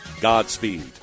Godspeed